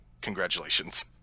congratulations